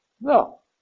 No